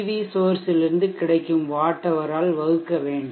we சோர்சிலிருந்து கிடைக்கும் watt hour ஆல் வகுக்க வேண்டும்